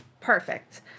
Perfect